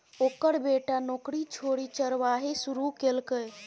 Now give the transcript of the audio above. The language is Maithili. ओकर बेटा नौकरी छोड़ि चरवाही शुरू केलकै